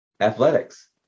athletics